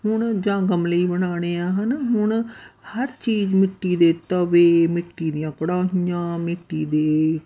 ਹੁਣ ਜਾਂ ਗਮਲੇ ਹੀ ਬਣਾਉਣੇ ਆ ਹੈ ਨਾ ਹੁਣ ਹਰ ਚੀਜ਼ ਮਿੱਟੀ ਦੇ ਤਵੇ ਮਿੱਟੀ ਦੀਆਂ ਕੜਾਹੀਆਂ ਮਿੱਟੀ ਦੇ